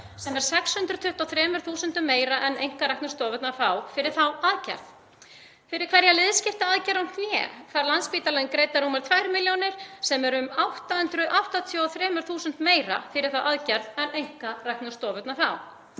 sem er 623.000 meira en einkareknu stofurnar fá fyrir þá aðgerð. Fyrir hverja liðskiptaaðgerð á hné fær Landspítalinn greiddar rúmar 2 milljónir sem er um 883.000 meira fyrir þá aðgerð en einkareknu stofurnar fá.